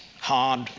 hard